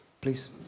Please